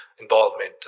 involvement